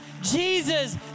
Jesus